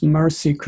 mercy